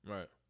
Right